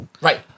Right